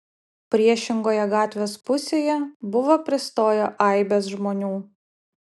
priešingoje gatvės pusėje buvo pristoję aibės žmonių